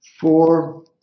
four